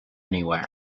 anywhere